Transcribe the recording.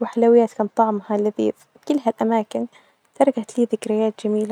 وحلويات كان طعمها لذيذ كل هالأماكن تركت لي ذكريات جميلة.